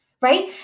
Right